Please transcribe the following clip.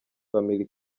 family